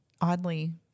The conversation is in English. oddly